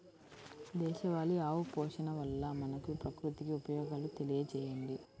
దేశవాళీ ఆవు పోషణ వల్ల మనకు, ప్రకృతికి ఉపయోగాలు తెలియచేయండి?